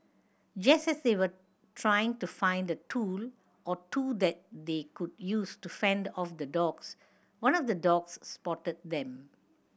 just as they were trying to find a tool or two that they could use to fend off the dogs one of the dogs spotted them